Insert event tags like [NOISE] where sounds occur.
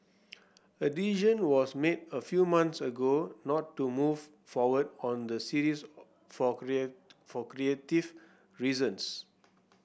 a decision was made a few months ago not to move forward on the series for [UNINTELLIGIBLE] for creative reasons